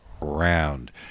round